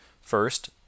First